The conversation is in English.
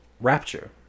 Rapture